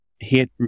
hit